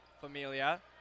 Familia